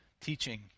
teaching